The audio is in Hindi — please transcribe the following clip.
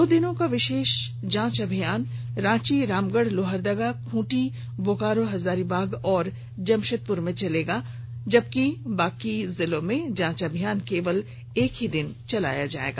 दो दिनों का विशेष जांच अभियान रांची रामगढ़ लोहरदगा खूंटी बोकारो हजारीबाग और जमशेदपुर में चलेगा जबकि शेष जिलों में जांच अभियान केवल एक ही दिन चलेगा